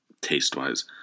taste-wise